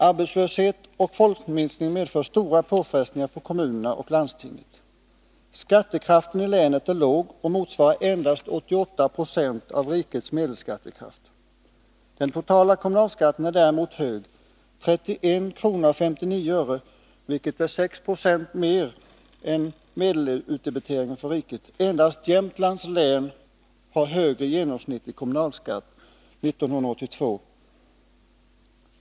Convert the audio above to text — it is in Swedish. Arbetslöshet och folkminskning medför stora påfrestningar för kommunerna och landstinget. Skattekraften i länet är låg och motsvarar endast 88 26 av rikets medelskattekraft. Den totala kommunalskatten är däremot hög, 31:59, vilket är 6 26 högre än medelutdebiteringen för riket. Endast Jämtlands län hade högre genomsnittlig kommunalskatt 1982.